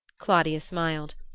claudia smiled.